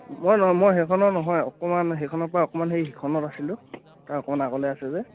মই নহয় মই সেইখনৰ নহয় অকণমান সেইখনৰ পৰা অকণমান সেই সিখনত আছিলোঁ তাৰ অকণমান আগলৈ আছে যে